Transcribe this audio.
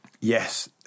Yes